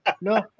no